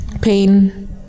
pain